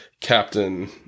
captain